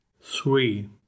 three